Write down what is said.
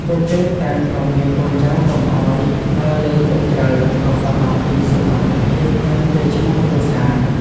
ពួកគេតែងព្រមានកូនចៅកុំឱ្យដើរលេងយប់ជ្រៅ ព្រោះបារម្ភពីសុវត្ថិភាព និងកេរ្តិ៍ឈ្មោះគ្រួសារ។